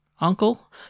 Uncle